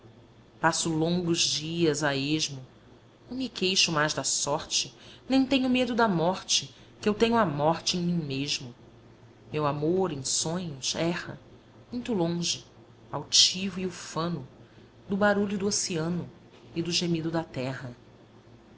passo longos dias a esmo não me queixo mais da sort nem tenho medo da morte que eu tenho a morte em mim mesmo meu amor em sonhos erra muito longe altivo e ufano do barulho do oceano e do gemido da terra